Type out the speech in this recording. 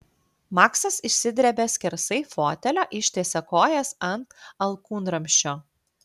maksas išsidrebia skersai fotelio ištiesia kojas ant alkūnramsčio